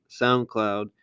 SoundCloud